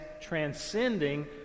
transcending